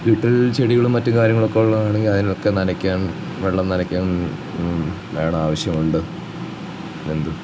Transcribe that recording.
വീട്ടിൽ ചെടികളും മറ്റ് കാര്യങ്ങളൊക്കെ ഉള്ളതാണെങ്കിൽ അതിനൊക്കെ നനക്കാൻ വെള്ളം നനക്കാൻ വേണം ആവശ്യമുണ്ട്